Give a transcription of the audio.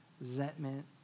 resentment